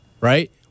right